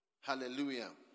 Hallelujah